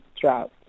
drought